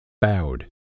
bowed